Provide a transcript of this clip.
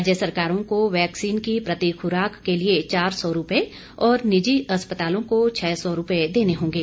राज्य सरकारों को वैक्सीन की प्रति खुराक के लिए चार सौ रूपये और निजी अस्पतालों को छह सौ रूपये देने होंगे